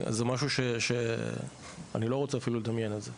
זה משהו שאני לא רוצה אפילו לדמיין את זה.